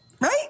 right